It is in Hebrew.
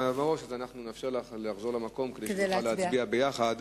נאפשר לך לחזור למקום, כדי שנוכל להצביע ביחד.